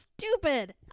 stupid